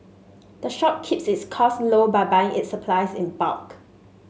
the shop keeps its costs low by buying its supplies in bulk